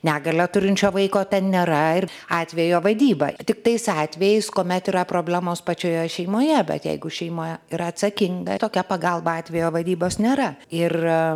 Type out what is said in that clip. negalią turinčio vaiko ten nėra ir atvejo vadyba tik tais atvejais kuomet yra problemos pačioje šeimoje bet jeigu šeimoje yra atsakinga tokia pagalba atvejo vadybos nėra ir